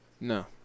No